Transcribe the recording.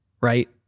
Right